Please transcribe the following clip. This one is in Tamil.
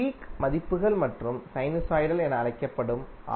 பீக் மதிப்புகள் மற்றும் சைனுசாய்டல் என அழைக்கப்படும் ஆர்